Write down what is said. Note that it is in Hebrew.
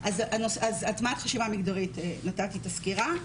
הטמעת חשיבה מגדרית נתתי את הסקירה.